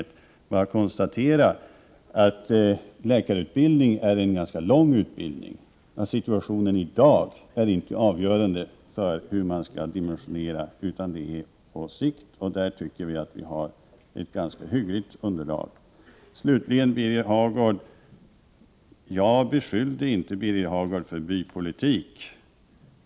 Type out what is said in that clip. Jag vill bara konstatera att läkarutbildningen är en ganska lång utbildning, och situationen i dag är inte avgörande för hur man skall dimensionera utbildningen, utan det är en fråga på sikt. Där tycker vi att vi har ett ganska hyggligt underlag. Slutligen: Jag beskyllde inte Birger Hagård för att driva bypolitik.